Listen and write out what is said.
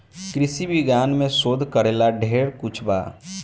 कृषि विज्ञान में शोध करेला ढेर कुछ बा